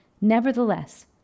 Nevertheless